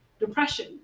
depression